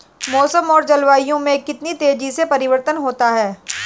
मौसम और जलवायु में कितनी तेजी से परिवर्तन होता है?